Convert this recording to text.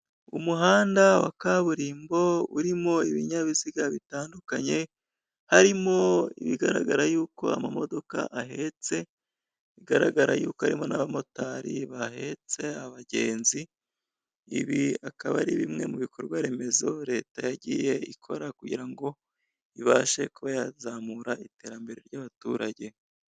Umuhanda wa kaburimbo urimo ibinyabiziga bitandukanye harimo ibigaragara yuko amamodoka ahetse bigaragara y'uko harimo n'abamotari bahetse abagenzi, ibi akaba ari bimwe mu bikorwa remezo leta yagiye ikora kugira ngo ibashe kuba yazamura itermbere ry'abaturage.